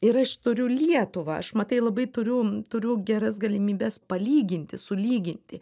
ir aš turiu lietuvą aš matai labai turiu turiu geras galimybes palyginti sulyginti